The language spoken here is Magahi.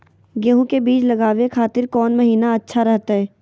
गेहूं के बीज लगावे के खातिर कौन महीना अच्छा रहतय?